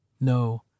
no